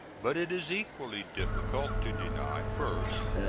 but it is equally difficult to deny, first,